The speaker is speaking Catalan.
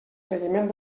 seguiment